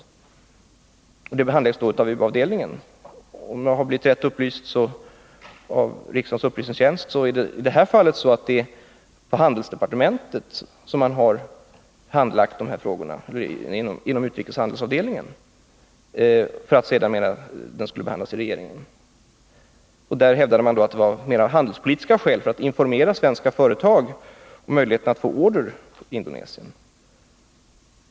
Dessa frågor behandlas av u-avdelningen. Om jag har blivit rätt upplyst av riksdagens upplysningstjänst, så har den här frågan handlagts inom utrikeshandelsavdelningen på handelsdepartementet för att sedermera behandlas i regeringen. Man hävdade att detta mera var av handelspolitiska skäl, för att informera svenska företag om möjligheterna att få order i Indonesien.